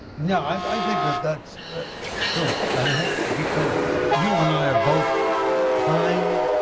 yeah, i think that that's true. and i think because you and i are both kind,